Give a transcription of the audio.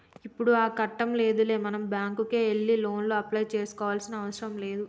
ఇప్పుడు ఆ కట్టం లేదులే మనం బ్యాంకుకే వెళ్లి లోను అప్లై చేసుకోవాల్సిన అవసరం లేదు